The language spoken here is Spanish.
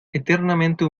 eternamente